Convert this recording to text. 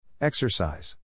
Exercise